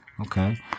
Okay